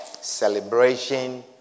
celebration